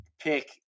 pick